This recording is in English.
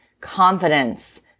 confidence